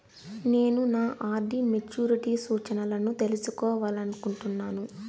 నేను నా RD maturity సూచనలను తెలుసుకోవాలనుకుంటున్నాను